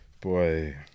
Boy